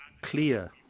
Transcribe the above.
clear